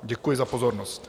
Děkuji za pozornost.